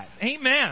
Amen